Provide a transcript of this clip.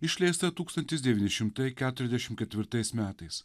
išleista tūkstantis devyni šimtai keturiasdešim ketvirtais metais